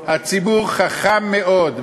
הציבור חכם מאוד,